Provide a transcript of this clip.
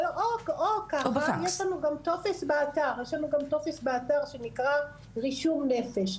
יש לנו גם טופס באתר, שנקרא "רישום נפש".